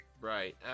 Right